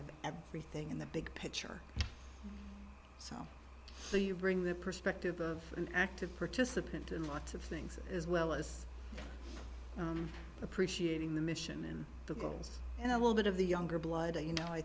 of everything in the big picture so the ring the perspective of an active participant in lots of things as well as appreciating the mission and the goals and a little bit of the younger blood and you know i